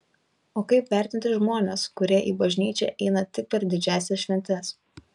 o kaip vertinti žmones kurie į bažnyčią eina tik per didžiąsias šventes